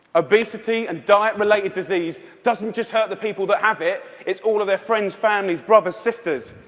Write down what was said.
obesity and diet-related disease doesn't just hurt the people that have it it's all of their friends, families, brothers, sisters.